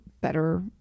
better